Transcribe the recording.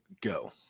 go